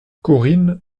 corinne